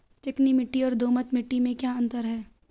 चिकनी मिट्टी और दोमट मिट्टी में क्या अंतर है?